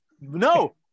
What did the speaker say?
No